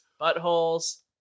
buttholes